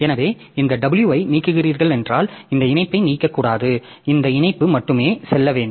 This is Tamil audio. எனவே இந்த w ஐ நீக்குகிறீர்கள் என்றால் இந்த இணைப்பை நீக்கக்கூடாது இந்த இணைப்பு மட்டுமே செல்ல வேண்டும்